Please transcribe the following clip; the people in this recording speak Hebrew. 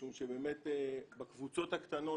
משום שבאמת בקבוצות הקטנות,